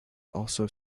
also